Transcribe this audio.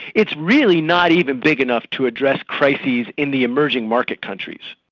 it's really not even big enough to address crises in the emerging market countries.